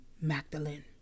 Magdalene